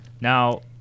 Now